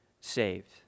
saved